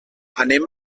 anem